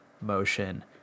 motion